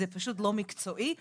זה פשוט לא מקצועי ולא נכון.